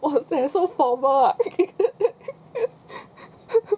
!wahseh! so formal ah